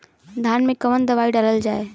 धान मे कवन दवाई डालल जाए?